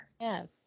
Yes